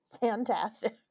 fantastic